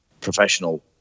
professional